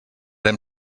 hem